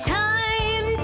time